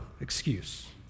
excuse